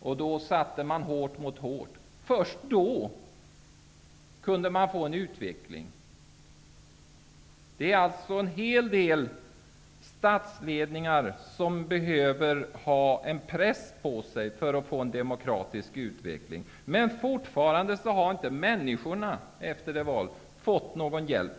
Då satte man hårt mot hårt, och först då kunde man få till stånd en utveckling. Det finns alltså en hel del statsledningar som vi måste sätta press på för att de skall få en demokratisk utveckling. Men människorna har fortfarande inte fått någon hjälp.